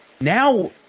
Now